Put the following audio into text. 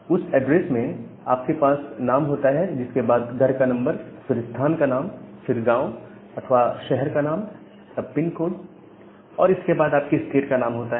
उस एड्रेस में आपके पास नाम होता है इसके बाद घर का नंबर फिर स्थान का नाम फिर गांव अथवा शहर का नाम और तब पिन कोड और इसके बाद आपके स्टेट का नाम होता है